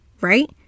right